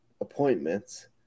appointments